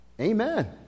Amen